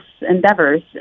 endeavors